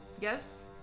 yes